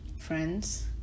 friends